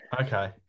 Okay